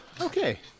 Okay